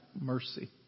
mercy